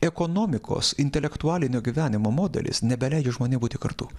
ekonomikos intelektualinio gyvenimo modelis nebeleidžia žmonėm būti kartu